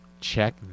check